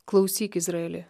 klausyk izraeli